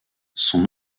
son